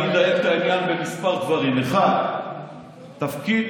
אני אדייק את העניין בכמה דברים: 1. תפקיד